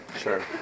Sure